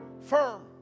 firm